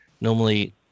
Normally